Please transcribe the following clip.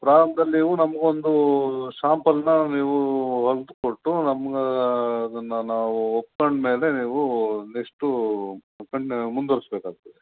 ಪ್ರಾರಂಭದಲ್ಲಿ ನೀವು ನಮಗೊಂದು ಶಾಂಪಾಲ್ನ ನೀವು ಹೊಲ್ದು ಕೊಟ್ಟು ನಮ್ಗೆ ಅದು ಅದನ್ನು ನಾವು ಒಪ್ಕಂಡು ಮೇಲೆ ನೀವು ಒಂದಿಷ್ಟು ಕಂಡು ಮುಂದುವರ್ಸ್ಬೇಕಾಗ್ತದೆ